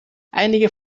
einige